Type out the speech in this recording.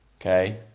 okay